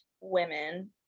women